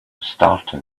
starting